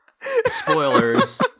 Spoilers